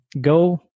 go